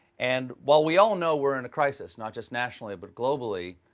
and while we all know we're in a crisis, not just nationally but globally,